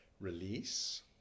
Release